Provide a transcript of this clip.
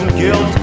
you